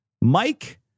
Mike